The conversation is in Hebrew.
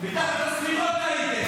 מתחת לשמיכות הייתם.